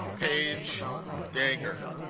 page dagger